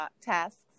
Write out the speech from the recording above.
tasks